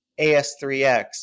AS3X